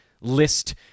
list